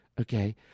okay